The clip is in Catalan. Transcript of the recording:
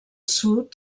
sud